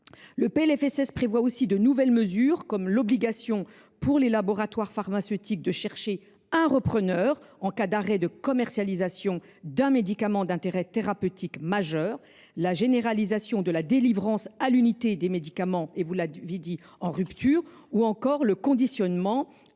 2024 prévoit aussi de nouvelles mesures comme l’obligation pour les laboratoires pharmaceutiques de chercher un repreneur en cas d’arrêt de commercialisation d’un médicament d’intérêt thérapeutique majeur, la généralisation de la délivrance à l’unité des médicaments en rupture ou encore le conditionnement